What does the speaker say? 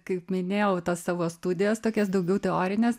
kaip minėjau tas savo studijas tokias daugiau teorines